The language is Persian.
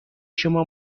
شما